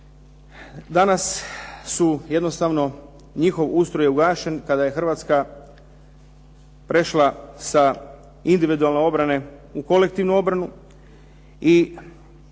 Danas su jednostavno, njihov ustroj je ugašen kada je Hrvatska prešla sa individualne obrane u kolektivnu obranu i